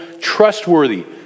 trustworthy